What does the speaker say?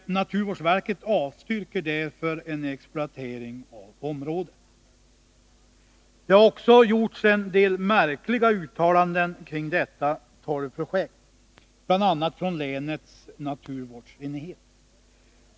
Naturvårdsverket avstyrker därför en exploatering av området. Det har också gjorts en del märkliga uttalanden kring detta torvprojekt, bl.a. från länets naturvårdsenhet.